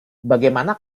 bagaimana